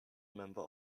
member